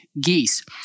geese